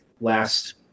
last